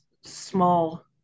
small